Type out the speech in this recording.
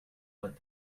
what